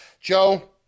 Joe